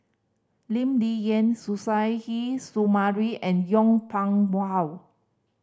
Lee Ling Yen Suzairhe Sumari and Yong Pung How